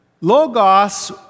Logos